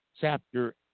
chapter